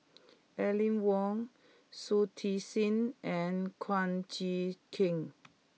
Aline Wong Shui Tit Sing and Kum Chee Kin